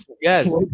yes